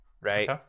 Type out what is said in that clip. right